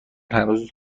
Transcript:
هنوز